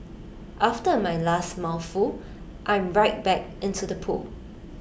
after my last mouthful I'm right back into the pool